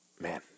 man